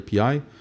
API